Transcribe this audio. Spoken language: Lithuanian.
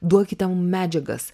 duokite mum medžiagas